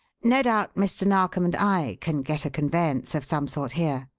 no doubt mr. narkom and i can get a conveyance of some sort here.